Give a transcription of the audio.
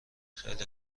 خیلی